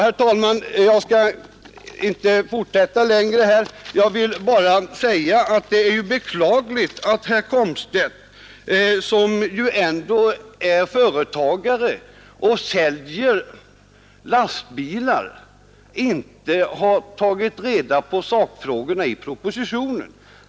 Herr talman! Jag skall inte fortsätta längre. Jag vill bara säga att det är beklagligt att herr Komstedt, som ändå är företagare och säljer lastbilar, inte har tagit reda på sakinnehållet i propositionen.